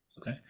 Okay